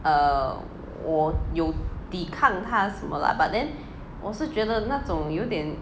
err 我有抵抗它还是什么 lah but then 我是觉得那种有一点